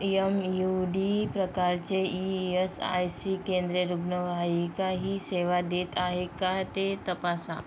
M U D प्रकारचे E S I C केंद्रे रुग्णवाहिका ही सेवा देत आहे का ते तपासा